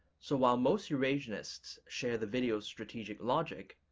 so while most eurasianists share the video's strategic logic,